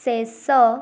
ଶେଷ